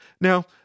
Now